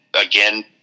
again